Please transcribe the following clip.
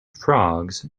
frogs